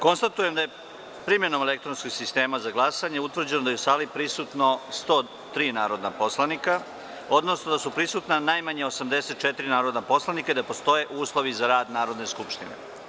Konstatujem da je, primenom elektronskog sistema za glasanje, utvrđeno da je u sali prisutno 110 narodnih poslanika, odnosno da su prisutna najmanje 84 narodna poslanika i da postoje uslovi za rad Narodne skupštine.